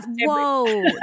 whoa